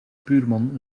buurman